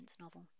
novel